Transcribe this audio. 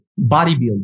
bodybuilding